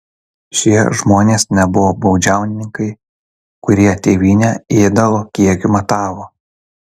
šie žmonės nebuvo baudžiauninkai kurie tėvynę ėdalo kiekiu matavo